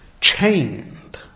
Chained